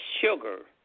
sugar